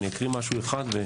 ואני אקריא משהו אחד.